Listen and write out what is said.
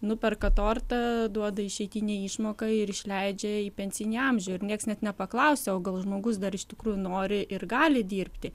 nuperka tortą duoda išeitinę išmoką ir išleidžia į pensinį amžių ir nieks net nepaklausia o gal žmogus dar iš tikrųjų nori ir gali dirbti